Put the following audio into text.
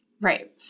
Right